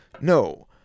No